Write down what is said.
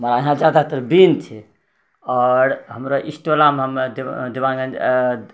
यहाँ जादातर बिन्द छै आओर हमरा इस टोलामे दीवानगञ्ज